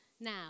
Now